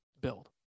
build